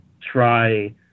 try